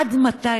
עד מתי?